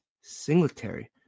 Singletary